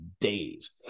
days